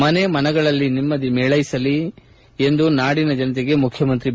ಮನೆ ಮನಗಳಲ್ಲಿ ನೆಮ್ನದಿ ಮೇಳ್ಳೆಸಲಿ ಎಂದು ನಾಡಿನ ಜನತೆಗೆ ಮುಖ್ಯಮಂತ್ರಿ ಬಿ